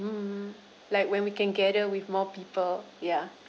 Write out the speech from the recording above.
um like when we can gather with more people ya